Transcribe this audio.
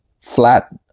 flat